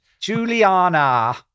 Juliana